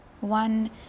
one